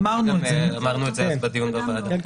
אמרנו את זה בדיון בוועדה.